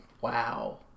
Wow